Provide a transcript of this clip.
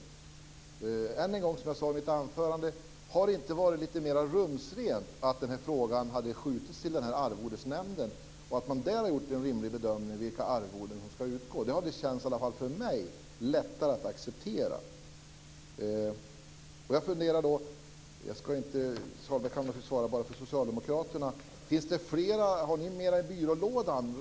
Hade det inte, som jag sade i mitt anförande, varit mer rumsrent att frågan skjutits till Arvodesnämnden och att man där gjort en rimlig bedömning av vilka arvoden som ska utgå? Det skulle i alla fall ha känts lättare för mig att acceptera det. Sahlberg kan naturligtvis bara svara för Socialdemokraterna, men jag vill ändå fråga: Har ni flera uppdrag i byrålådorna